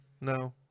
No